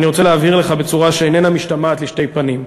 אני רוצה להבהיר לך בצורה שאיננה משתמעת לשני פנים: